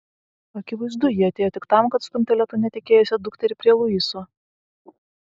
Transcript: akivaizdu ji atėjo tik tam kad stumtelėtų netekėjusią dukterį prie luiso